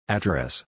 Address